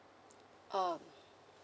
um